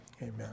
amen